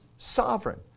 sovereign